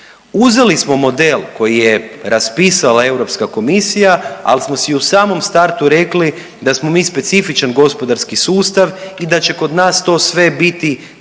Uzeli smo model koji je raspisala Europska komisija ali smo si u samom startu rekli da smo mi specifičan gospodarski sustav i da će kod nas to sve biti